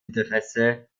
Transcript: interesse